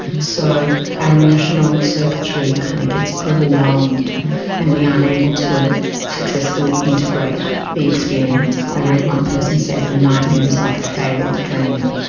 so our emotional circuitry kind of gets overwhelmed and we aren't able to successfully integrate the experience. i read one person say that a nightmare is like a failed dream.